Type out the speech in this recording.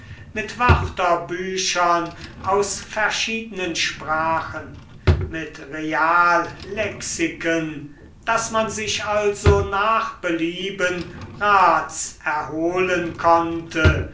mit wörterbüchern aus verschiedenen sprachen mit reallexiken daß man sich also nach belieben rats erholen konnte